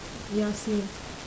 ya same